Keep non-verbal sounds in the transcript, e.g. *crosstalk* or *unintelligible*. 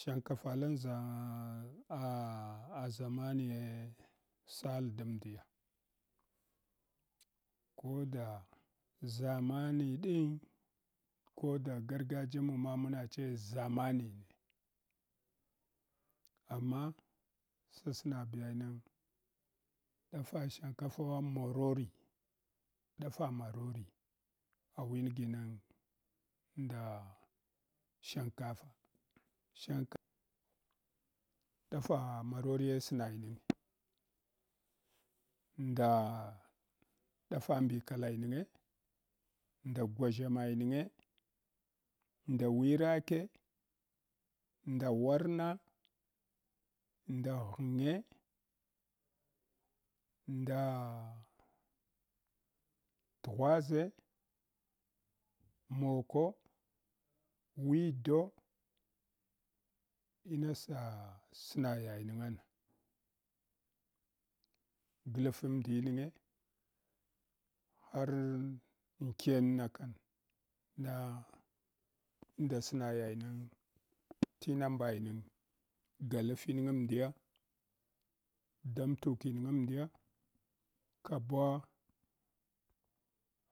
Shinkafa lan ʒa ah ah ʒamaniye sal damdiya ko da ʒamani ɗin ko da gargajiyanmu ma mun ce ʒamani amma sa snab yayining ɗafa shankafa wa morori dafa morori awin ginang nda shankfa, *unintelligible* dafa maroriye snayinige nda dafa mbikalayinye, nda gwaʒshama yininge, nɗa wirake, nda warna, nda ghange, nda dghwaʒe, moko, ivido, ina sa sna yayinga na. Glafa mdiyi-nge har amkena kan na nda sna yayingana tinambai ninge galafing amdiya, dama tuking amdiye kanuwa